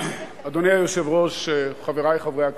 אדוני היושב-ראש, חברי חברי הכנסת,